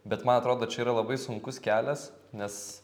bet man atrodo čia yra labai sunkus kelias nes